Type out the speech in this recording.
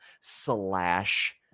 slash